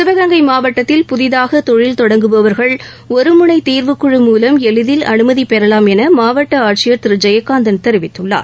சிவகங்கை மாவட்டத்தில் புதிதாக தொழில் தொடங்குபவர்கள் ஒரு முனை தீர்வுக்குழு மூலம் எளிதில் அனுமதி பெறலாம் என மாவட்ட ஆட்சியர் திரு ஜெயகாந்தன் தெரிவித்துள்ளார்